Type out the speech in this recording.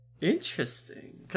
Interesting